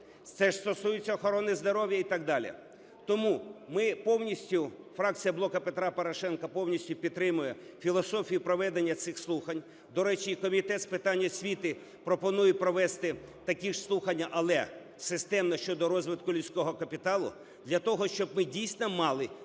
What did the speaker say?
Це ж стосується охорони здоров'я і так далі. Тому ми повністю, фракція "Блоку Петра Порошенка" повністю підтримує філософію проведення цих слухань. До речі, Комітет з питань освіти пропонує провести такі ж слухання, але системно, щодо розвитку людського капіталу, для того щоб ми, дійсно, мали